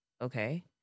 okay